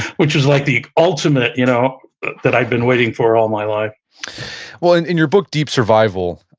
which is like the ultimate you know that i've been waiting for all my life well, and in your book, deep survival,